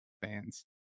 fans